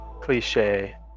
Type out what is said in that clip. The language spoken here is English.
cliche